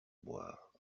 boire